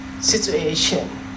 situation